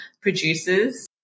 producers